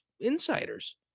insiders